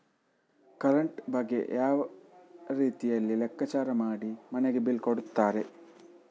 Current ಬಗ್ಗೆ ಯಾವ ರೀತಿಯಲ್ಲಿ ಲೆಕ್ಕಚಾರ ಮಾಡಿ ಮನೆಗೆ ಬಿಲ್ ಕೊಡುತ್ತಾರೆ?